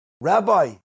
Rabbi